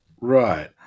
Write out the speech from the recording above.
Right